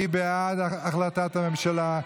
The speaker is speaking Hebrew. מי בעד החלטת הממשלה?